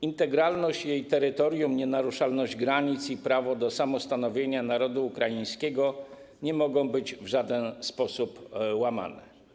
Integralność jej terytorium, nienaruszalność granic i prawo do samostanowienia narodu ukraińskiego nie mogą być w żaden sposób łamane.